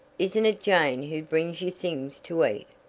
isn't it jane who brings you things to eat?